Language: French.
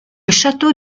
château